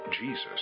Jesus